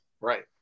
Right